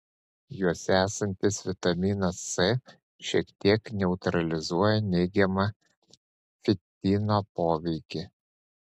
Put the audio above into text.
juose esantis vitaminas c šiek tiek neutralizuoja neigiamą fitino poveikį